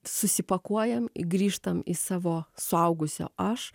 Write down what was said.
susipakuojam grįžtam į savo suaugusio aš